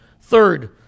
Third